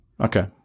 Okay